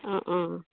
অঁ অঁ